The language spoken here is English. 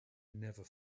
never